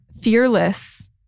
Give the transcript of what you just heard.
fearless